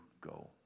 go